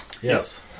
Yes